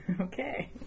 Okay